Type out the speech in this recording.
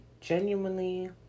genuinely